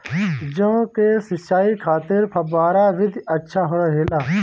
जौ के सिंचाई खातिर फव्वारा विधि अच्छा रहेला?